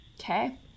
Okay